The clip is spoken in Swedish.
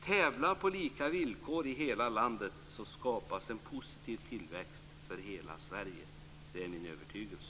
Tävla på lika villkor i hela landet, så skapas en positiv tillväxt för hela Sverige. Det är min övertygelse.